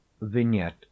vignette